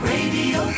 Radio